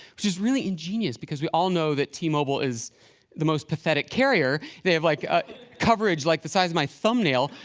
which is really ingenious, because we all know that t-mobile is the most pathetic carrier. they have like ah coverage like the size of my thumbnail.